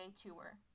tour